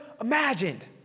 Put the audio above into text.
imagined